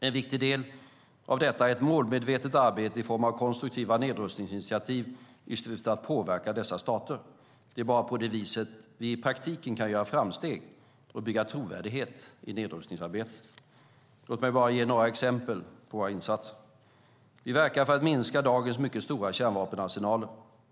En viktig del av detta är ett målmedvetet arbete i form av konstruktiva nedrustningsinitiativ i syfte att påverka dessa stater. Det är bara på det viset vi i praktiken kan göra framsteg och bygga trovärdighet i nedrustningsarbetet. Låt mig ge några exempel på våra insatser. För det första verkar vi för att minska dagens mycket stora kärnvapenarsenaler.